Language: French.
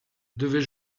devait